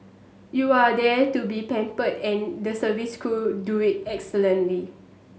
you are there to be pampered and the service crew do it excellently